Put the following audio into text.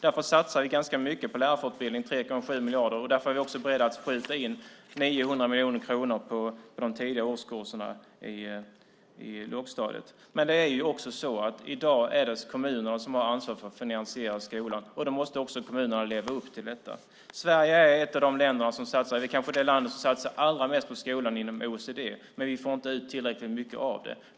Därför satsar vi ganska mycket på lärarfortbildning, 3,7 miljarder. Och därför är vi också beredda att skjuta till 900 miljoner kronor i de tidiga årskurserna i lågstadiet. I dag är det kommunerna som har ansvaret för att finansiera skolan, och då måste också kommunerna leva upp till detta. Sverige är kanske det land som satsar allra mest på skolan inom OECD, men vi får inte ut tillräckligt mycket av det.